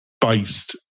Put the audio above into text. based